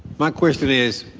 my question is,